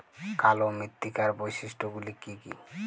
কালো মৃত্তিকার বৈশিষ্ট্য গুলি কি কি?